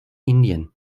indien